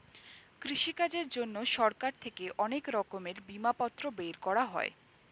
কৃষিকাজের জন্যে সরকার থেকে অনেক রকমের বিমাপত্র বের করা হয়